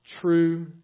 True